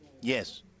Yes